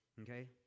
okay